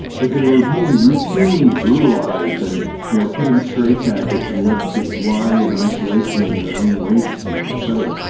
but they were being routinely brutalised and you know put in straitjackets and left to lie in isolation in their own waste, you know et cetera.